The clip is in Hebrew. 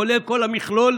כולל כל המכלול,